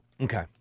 Okay